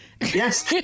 Yes